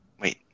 Wait